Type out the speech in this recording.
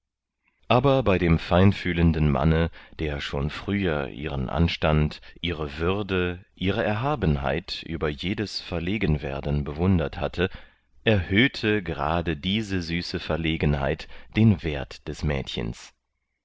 aber bei dem feinfühlenden manne der schon früher ihren anstand ihre würde ihre erhabenheit über jedes verlegenwerden bewundert hatte erhöhte gerade diese süße verlegenheit den wert des mädchens